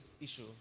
issue